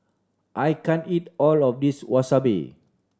I can't eat all of this Wasabi